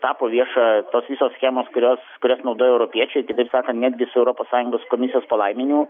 tapo vieša tos visos schemos kurios kurias naudojo europiečiai kitaip sakant netgi su europos sąjungos komisijos palaiminimu